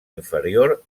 inferior